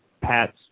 Pat's